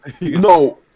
no